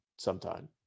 sometime